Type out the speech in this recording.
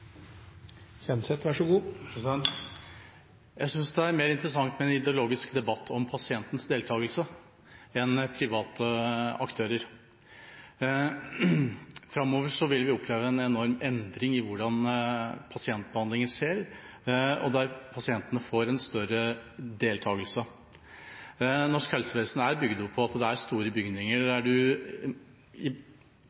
mer interessant med en ideologisk debatt om pasientens deltakelse enn om private aktører. Framover vil vi oppleve en enorm endring i hvordan pasientbehandlingen skjer, og der pasientene får en større deltakelse. Norsk helsevesen er bygd opp av store bygninger, man får et brev i posten som sier at